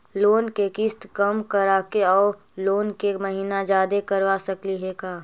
Loan के किस्त कम कराके औ लोन के महिना जादे करबा सकली हे का?